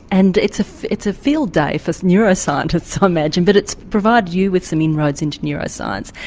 and it's it's a field day for neuroscientists i imagine, but it's provided you with some inroads into neuroscience.